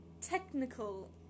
technical